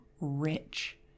rich